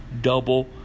double